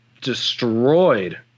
destroyed